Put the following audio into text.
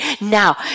Now